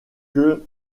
que